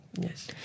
Yes